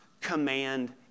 command